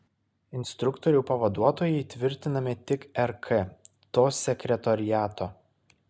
instruktorių pavaduotojai tvirtinami tik rk to sekretoriato